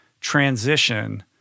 transition